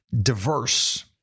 diverse